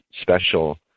special